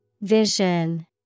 Vision